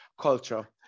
culture